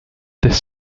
this